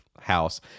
house